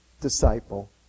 disciple